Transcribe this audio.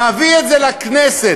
מביא את זה לכנסת,